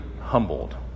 humbled